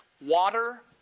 water